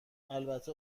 البته